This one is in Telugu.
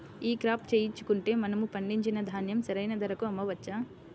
ఈ క్రాప చేయించుకుంటే మనము పండించిన ధాన్యం సరైన ధరకు అమ్మవచ్చా?